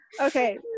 okay